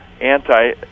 anti